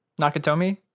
Nakatomi